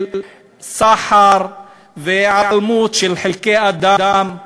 של סחר והיעלמות של חלקי אדם.